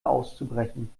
auszubrechen